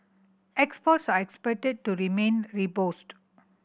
exports are expected to remain robust